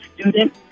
student